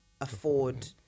afford